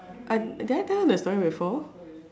I did I tell you the story before